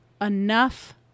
enough